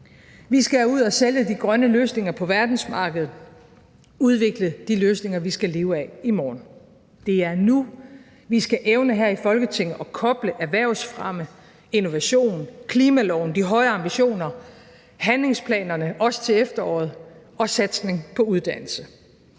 Vi skal ud at sælge de grønne løsninger på verdensmarkedet, udvikle de løsninger, vi skal leve af i morgen. Det er nu, vi skal evne her i Folketinget at koble erhvervsfremme, innovation, klimaloven, de høje ambitioner, handlingsplanerne, også til efteråret, og satsning på uddannelse.